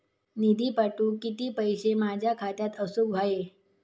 निधी पाठवुक किती पैशे माझ्या खात्यात असुक व्हाये?